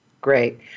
Great